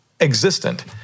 existent